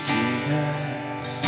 Jesus